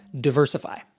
diversify